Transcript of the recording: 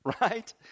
Right